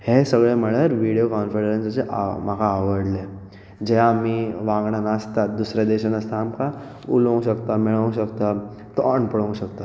हें सगळें म्हळ्यार विडयो कॉनफरन्साचे आ म्हाका आवडलें जे आमी वांगडा नासतात दुसऱ्या देशान आसता आमकां उलोवं शकता मेळोवंक शकता तोंड पळोवंक शकता